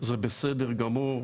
זה בסדר גמור.